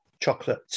chocolate